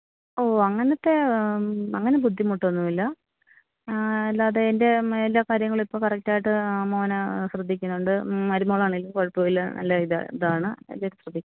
ഓ അങ്ങനത്തെ അങ്ങനെ ബുദ്ധിമുട്ട് ഒന്നുമില്ല അല്ലാതെ എന്റെ എല്ലാ കാര്യങ്ങളും ഇപ്പോൾ കറക്റ്റ് ആയിട്ട് മോൻ ശ്രദ്ധിക്കുന്നുണ്ട് മരുമോൾ ആണെങ്കിലും കുഴപ്പമില്ല നല്ല ഇതാണ് ഇതാണ്